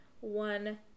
one